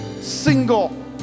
single